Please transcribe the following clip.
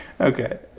Okay